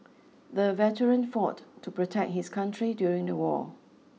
the veteran fought to protect his country during the war